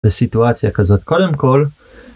בסיטואציה כזאת קודם כל.